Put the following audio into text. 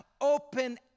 open